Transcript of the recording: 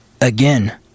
again